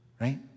right